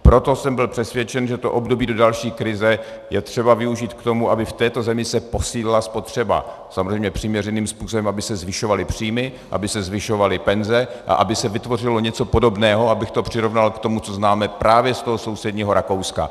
Proto jsem byl přesvědčen, že to období do další krize je třeba využít k tomu, aby se v této zemi posílila spotřeba, samozřejmě přiměřeným způsobem, aby se zvyšovaly příjmy, aby se zvyšovaly penze a aby se vytvořilo něco podobného, abych to přirovnal k tomu, co známe právě z toho sousedního Rakouska.